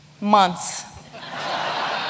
months